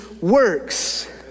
works